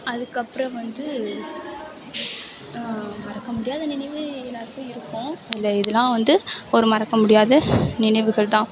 அதுக்கப்றம் வந்து மறக்க முடியாத நினைவு எல்லோருக்கும் இருக்கும் அதில் இதெல்லாம் வந்து ஒரு மறக்க முடியாத நினைவுகள் தான்